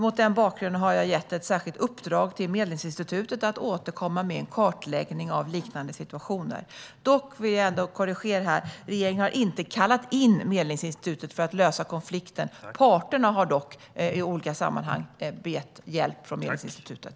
Mot denna bakgrund har jag gett ett särskilt uppdrag till Medlingsinstitutet att återkomma med en kartläggning av liknande situationer. Jag vill bara göra en korrigering. Regeringen har inte kallat in Medlingsinstitutet för att lösa konflikten. Parterna har dock i olika sammanhang bett om hjälp från Medlingsinstitutet.